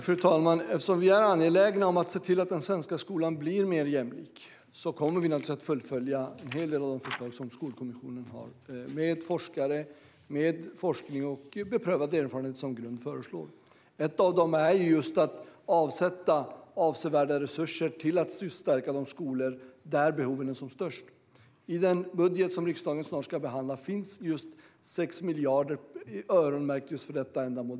Fru talman! Eftersom vi är angelägna att se till att den svenska skolan blir mer jämlik kommer vi att fullfölja en hel del av de förslag som Skolkommissionen föreslår, med forskning och beprövad erfarenhet som grund. Ett av dem är att avsätta avsevärda resurser till att stärka de skolor där behoven är som störst. I den budget som riksdagen snart ska behandla finns 6 miljarder öronmärkta just för detta ändamål.